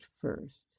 first